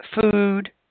Food